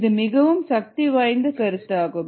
இது மிகவும் சக்தி வாய்ந்த கருத்தாகும்